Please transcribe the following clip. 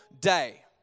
day